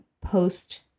post